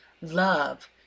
love